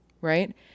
right